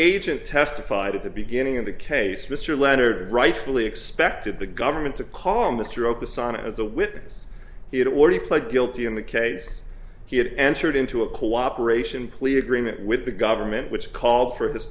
agent testified at the beginning of the case mr leonard rightfully expected the government to call mr opus on it as a witness he had already pled guilty in the case he had entered into a cooperation plea agreement with the government which called for his